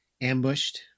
ambushed